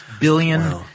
billion